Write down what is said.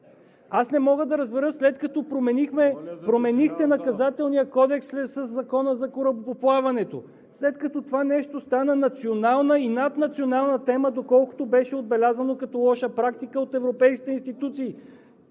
Аз не мога да разбера – след като променихте Наказателния кодекс със Закона за корабоплаването, след като това нещо стана национална и наднационална тема, доколкото беше отбелязано като лоша практика от европейските институции